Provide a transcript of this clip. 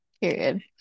Period